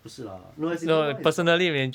不是啦 no as in no one is god